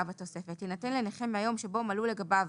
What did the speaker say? בתוספת תינתן לנכה מהיום שבו מלאו לגביו